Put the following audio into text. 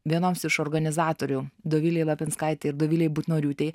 vienoms iš organizatorių dovilei lapinskaitei ir dovilei butnoriūtei